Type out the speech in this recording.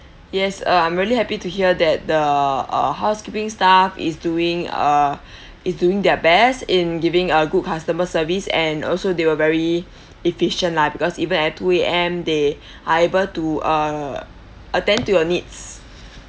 yes uh I'm really happy to hear that the uh housekeeping staff is doing uh is doing their best in giving uh good customer service and also they were very efficient lah because even at two A_M they are able to uh attend to your needs